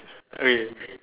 okay